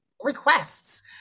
requests